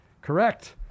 Correct